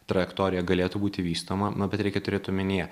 trajektorija galėtų būti vystoma nu bet reikia turėt omenyje